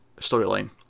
storyline